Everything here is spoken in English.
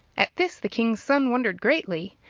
at this the king's son wondered greatly,